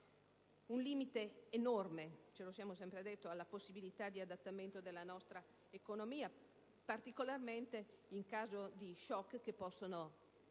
sempre detti - alla possibilità di adattamento della nostra economia, particolarmente in caso di *shock* che possono avere